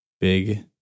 big